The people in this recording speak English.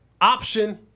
option